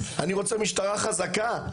אני רוצה משטרה חזקה,